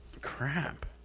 Crap